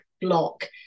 block